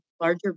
larger